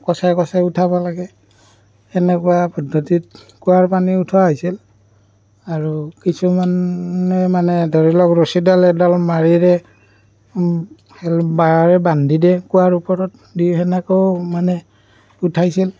কচাই কচাই উঠাব লাগে সেনেকুৱা পদ্ধতিত কুঁৱাৰ পানী উঠোৱা হৈছিল আৰু কিছুমানে মানে ধৰি লওক ৰছীডাল এডাল মাৰিৰে বাঁহেৰে বান্ধি দিয়ে কুঁৱাৰ ওপৰত দি সেনেকৈও মানে উঠাইছিল